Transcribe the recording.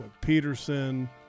Peterson